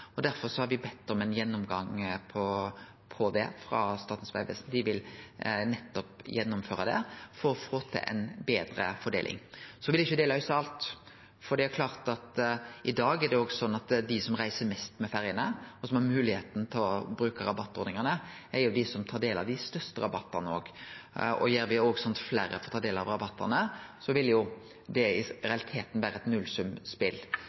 Derfor har me bedd Statens vegvesen om ein gjennomgang av det. Dei vil gjennomføre det for å få til ei betre fordeling. Så vil ikkje det løyse alt, det er klart. I dag er det slik at dei som reiser mest med ferjene og har mogelegheita til å bruke rabattordningane, er dei som òg tar del i dei største rabattane. Gjer me det så at fleire får ta del i rabattane, vil det i realiteten vere eit nullsumspel.